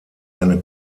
eine